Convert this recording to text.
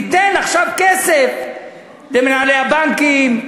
עכשיו ניתן כסף למנהלי הבנקים,